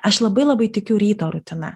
aš labai labai tikiu ryto rutina